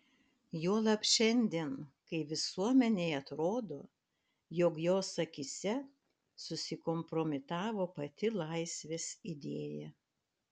juolab šiandien kai visuomenei atrodo jog jos akyse susikompromitavo pati laisvės idėja